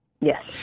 Yes